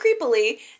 creepily